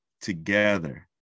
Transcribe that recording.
together